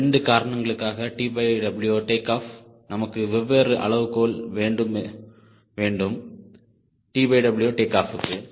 2 காரணங்களுக்காக TW take off நமக்கு வெவ்வேறு அளவுகோல் வேண்டும் TW டேக் ஆஃப்க்கு